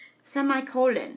semicolon